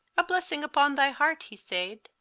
a blessing upon thy heart, he sayd,